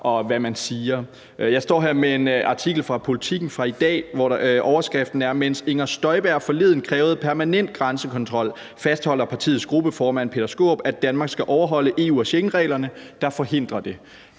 og hvad man siger. Jeg står her med en artikel fra Politiken fra i dag, hvor underoverskriften er: »Mens Inger Støjberg forleden krævede permanent grænsekontrol, fastholder partiets gruppeformand, Peter Skaarup, at Danmark skal overholde EU- og Schengen-reglerne, der forhindrer det«.